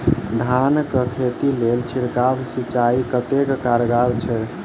धान कऽ खेती लेल छिड़काव सिंचाई कतेक कारगर छै?